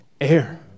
air